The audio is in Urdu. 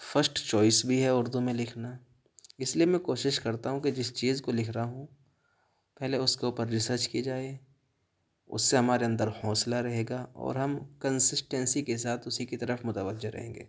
فسٹ چوائس بھی ہے اردو میں لکھنا اس لیے میں کوشش کرتا ہوں کہ جس چیز کو لکھ رہا ہوں پہلے اس کے اوپر ریسرچ کی جائے اس سے ہمارے اندر حوصلہ رہے گا اور ہم کنسسٹینسی کے ساتھ اسی کی طرف متوجہ رہیں گے